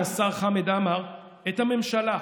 ושאלתי, השר חמד עמאר, את הממשלה: